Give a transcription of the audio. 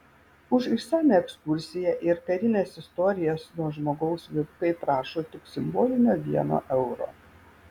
už išsamią ekskursiją ir karines istorijas nuo žmogaus vyrukai prašo tik simbolinio vieno euro